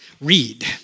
Read